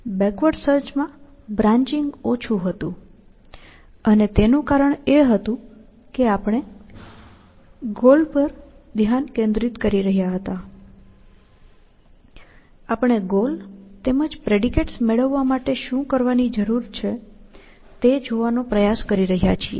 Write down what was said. backward સર્ચમાં branching ઓછું હતું અને તેનું કારણ એ હતું કે આપણે ગોલ પર ધ્યાન કેન્દ્રિત કરી રહ્યા હતા આપણે ગોલ તેમજ પ્રેડિકેટ્સ મેળવવા માટે શું કરવાની જરૂર છે તે જોવાનો પ્રયાસ કરી રહ્યા છીએ